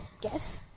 guess